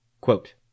Quote